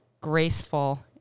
graceful